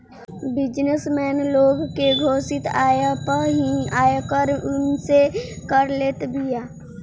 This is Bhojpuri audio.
बिजनेस मैन लोग के घोषित आय पअ ही आयकर उनसे कर लेत बिया